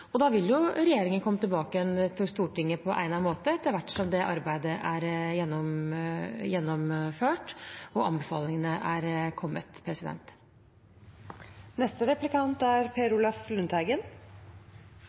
og Kunnskapsdepartementet ser på rammebetingelsene for barnehagesektoren. Regjeringen vil komme tilbake til Stortinget på egnet måte etter hvert som det arbeidet er gjennomført og anbefalingene er kommet.